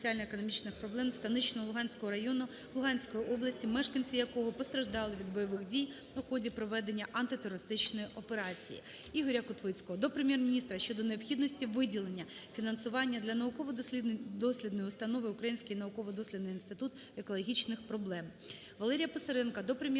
Валерія Писаренка до Прем'єр-міністра